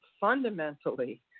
fundamentally